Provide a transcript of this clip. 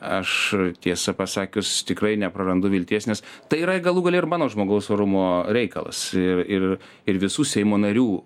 aš tiesą pasakius tikrai neprarandu vilties nes tai yra galų gale ir mano žmogaus orumo reikalas ir ir ir visų seimo narių